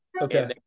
Okay